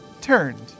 turned